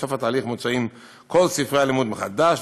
בסוף התהליך מוצאים כל ספרי הלימוד מחדש,